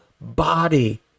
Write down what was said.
body